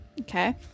Okay